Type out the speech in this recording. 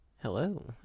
Hello